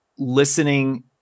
listening